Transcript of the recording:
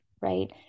right